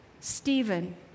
Stephen